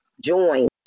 join